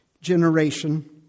generation